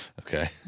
Okay